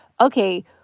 okay